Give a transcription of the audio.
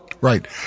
Right